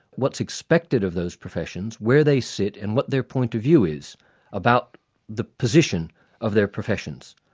what's expected of those professions, where they sit and what their point of view is about the position of their professions.